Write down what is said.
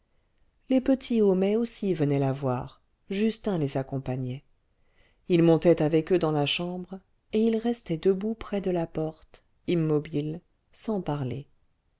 les petits homais aussi venaient la voir justin les accompagnait il montait avec eux dans la chambre et il restait debout près de la porte immobile sans parler